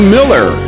Miller